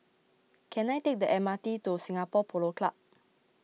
can I take the M R T to Singapore Polo Club